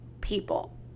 people